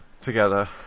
together